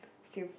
still